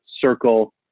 circle